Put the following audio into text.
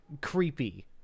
Creepy